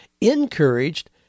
encouraged